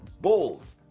balls